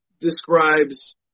describes